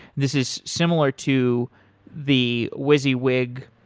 this is similar to the wysiwyg,